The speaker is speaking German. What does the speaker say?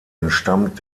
entstammt